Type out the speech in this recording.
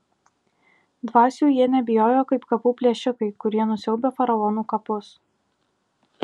dvasių jie nebijojo kaip kapų plėšikai kurie nusiaubia faraonų kapus